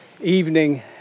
evening